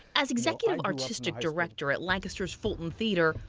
as executive artistic director at lancaster's fulton theatre,